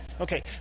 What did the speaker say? Okay